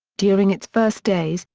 during its first days,